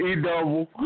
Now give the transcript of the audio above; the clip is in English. E-double